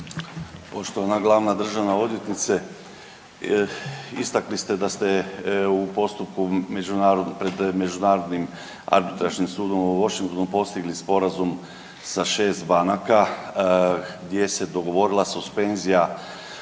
Poštovana glavna državna odvjetnice. Istakli ste da ste u postupku pred Međunarodnim arbitražnim sudom u Washingtonu postigli sporazum sa šest banaka gdje se dogovorila suspenzija